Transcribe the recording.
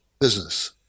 business